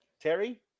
Terry